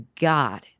God